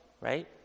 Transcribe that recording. right